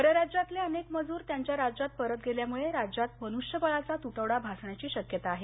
परराज्यातले अनेक मजूर त्यांच्या राज्यात परत गेल्यामुळे राज्यात मनुष्यबळाचा तूटवडा भासण्याची शक्यता आहे